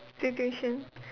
situation